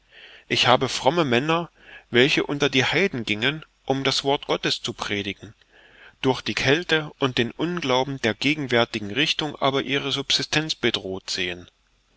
ich habe fromme männer welche unter die heiden gingen um das wort gottes zu predigen durch die kälte und den unglauben der gegenwärtigen richtung aber ihre subsistenz bedroht sehen